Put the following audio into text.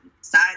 side